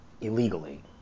illegally